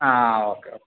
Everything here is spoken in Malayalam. ആ ഓക്കെ ഓക്കെ